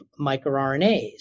microRNAs